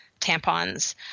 tampons